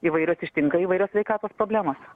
įvairios ištinka įvairios sveikatos problemos